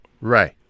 Right